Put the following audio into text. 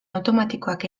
automatikoak